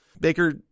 Baker